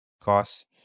cost